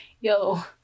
yo